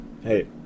hey